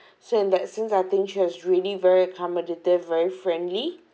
so in that sense I think she is really very accommodative very friendly